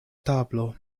tablo